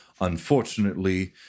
Unfortunately